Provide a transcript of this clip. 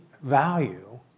value